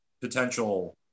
potential